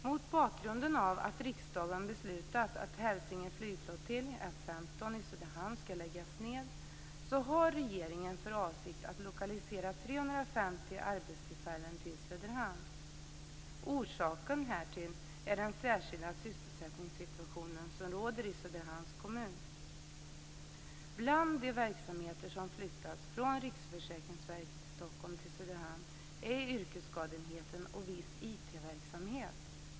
Mot bakgrund av att riksdagen beslutat att Hälsinge flygflottilj, F 15 i Söderhamn, skall läggas ned har regeringen för avsikt att lokalisera 350 arbetstillfällen till Söderhamn. Orsaken är den särskilda sysselsättningssituationen som råder i Söderhamns kommun. Bland de verksamheter som flyttas från Riksförsäkringsverket i Stockholm till Söderhamn är yrkesskadeenheten och viss IT-verksamhet.